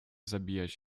zabijać